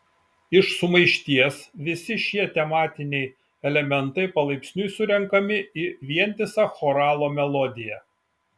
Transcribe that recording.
iš sumaišties visi šie tematiniai elementai palaipsniui surenkami į vientisą choralo melodiją